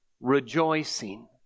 rejoicing